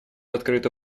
открыта